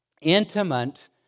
intimate